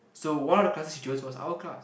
so one of the classes she choose was our class